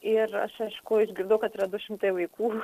ir aš aišku išgirdau kad yra du šimtai vaikų